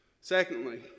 Secondly